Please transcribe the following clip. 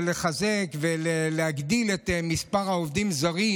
לחזק ולהגדיל את מספר העובדים הזרים,